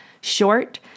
short